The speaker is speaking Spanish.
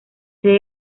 sede